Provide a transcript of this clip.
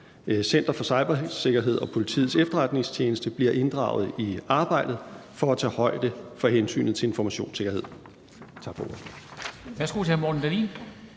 Center for Cybersikkerhed og Politiets Efterretningstjeneste bliver inddraget i arbejdet for at tage højde for hensynet til informationssikkerhed.